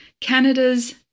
Canada's